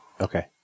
Okay